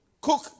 cook